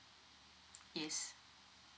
yes